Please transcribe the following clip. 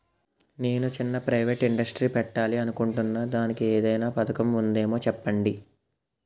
నేను చిన్న private industry పెట్టాలి అనుకుంటున్నా దానికి ఏదైనా పథకం ఉందేమో చెప్పండి?